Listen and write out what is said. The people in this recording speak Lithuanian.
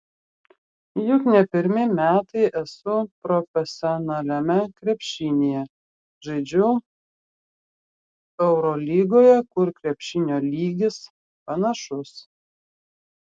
juk ne pirmi metai esu profesionaliame krepšinyje žaidžiu eurolygoje kur krepšinio lygis panašus